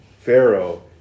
Pharaoh